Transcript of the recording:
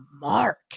mark